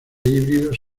híbridos